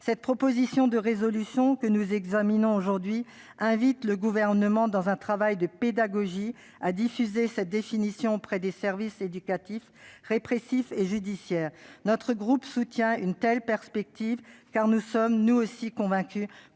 Cette proposition de résolution que nous examinons aujourd'hui invite le Gouvernement, dans un travail de pédagogie, à diffuser cette définition auprès des services éducatifs, répressifs et judiciaires. Notre groupe soutient une telle perspective, car nous sommes nous aussi convaincus